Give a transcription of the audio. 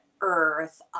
earth